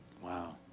Wow